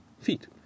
feet